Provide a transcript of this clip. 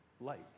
light